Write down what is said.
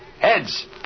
Heads